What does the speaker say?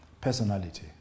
personality